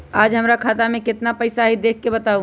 आज हमरा खाता में केतना पैसा हई देख के बताउ?